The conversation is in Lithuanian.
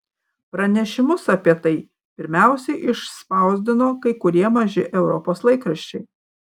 pranešimus apie tai pirmiausia išspausdino kai kurie maži europos laikraščiai